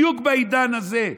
בדיוק בעידן הזה.